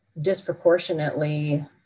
disproportionately